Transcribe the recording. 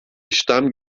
işlem